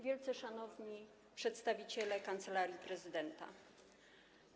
Wielce Szanowni Przedstawiciele Kancelarii Prezydenta RP!